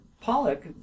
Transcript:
Pollock